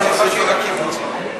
הוא מתחייב בלי נדר.